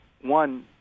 One